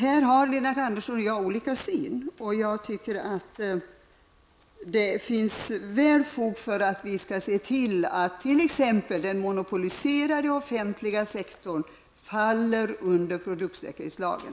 Här har Lennart Andersson och jag olika syn. Jag tycker att det finns fog för att se till att exempelvis den monopoliserade offentliga sektorn skall omfattas av produktsäkerhetslagen.